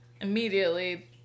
immediately